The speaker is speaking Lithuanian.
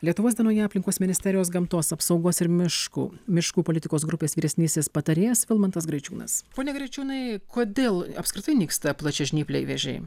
lietuvos dienoje aplinkos ministerijos gamtos apsaugos ir miškų miškų politikos grupės vyresnysis patarėjas vilmantas graičiūnas pone graičiūnai kodėl apskritai nyksta plačiažnypliai vėžiai